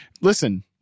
listen